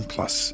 Plus